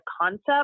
concept